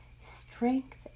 strength